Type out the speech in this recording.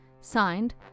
Signed